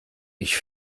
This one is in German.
ich